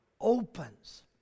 opens